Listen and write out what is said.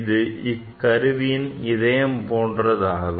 இது இக்கருவியின் இதயம் போன்றதாகும்